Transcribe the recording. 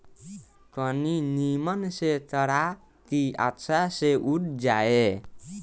तनी निमन से करा की अच्छा से उग जाए